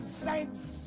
saints